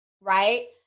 Right